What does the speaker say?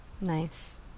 Nice